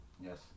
yes